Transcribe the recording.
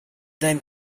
then